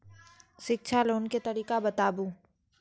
शिक्षा लोन के तरीका बताबू?